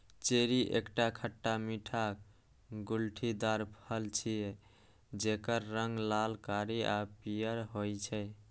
cherry एकटा खट्टा मीठा गुठलीदार फल छियै, जेकर रंग लाल, कारी आ पीयर होइ छै